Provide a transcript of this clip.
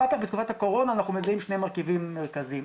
אחר כך בתקופת הקורונה אנחנו מזהים שני מרכיבים מרכזיים,